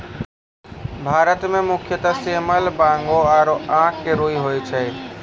भारत मं मुख्यतः सेमल, बांगो आरो आक के रूई होय छै